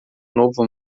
novo